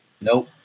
Nope